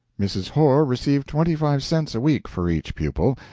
mrs. horr received twenty-five cents a week for each pupil,